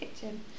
kitchen